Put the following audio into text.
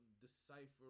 decipher